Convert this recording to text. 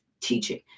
teaching